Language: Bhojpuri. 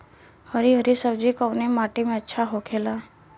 हरी हरी सब्जी कवने माटी में अच्छा होखेला?